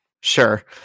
Sure